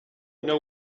know